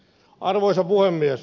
arvoisa puhemies